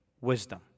wisdom